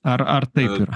ar ar taip yra